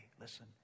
Listen